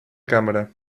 câmera